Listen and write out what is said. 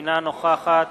אינה נוכחת